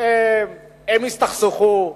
הם הסתכסכו,